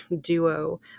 duo